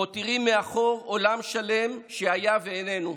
מותירים מאחור עולם שלם שהיה ואיננו.